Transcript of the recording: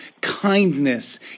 kindness